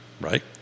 right